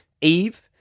Eve